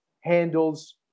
handles